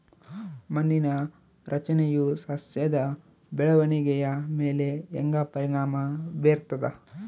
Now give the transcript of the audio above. ಮಣ್ಣಿನ ರಚನೆಯು ಸಸ್ಯದ ಬೆಳವಣಿಗೆಯ ಮೇಲೆ ಹೆಂಗ ಪರಿಣಾಮ ಬೇರ್ತದ?